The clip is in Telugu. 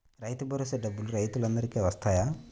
రైతు భరోసా డబ్బులు రైతులు అందరికి వస్తాయా?